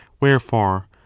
wherefore